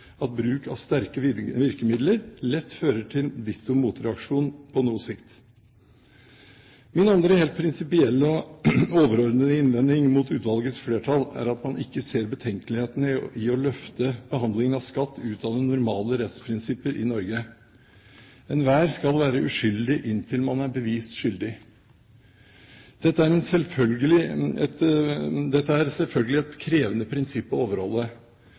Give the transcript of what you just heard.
at bruk av sterke virkemidler lett fører til ditto motreaksjon på noe sikt. Min andre helt prinsipielle og overordnede innvending mot utvalgets flertall er at man ikke ser betenkelighetene ved å løfte behandlingen av skatt ut av de normale rettsprinsipper i Norge: Enhver skal være uskyldig inntil man er bevist skyldig. Dette er selvfølgelig et krevende prinsipp å overholde. Men det er